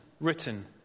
written